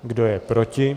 Kdo je proti?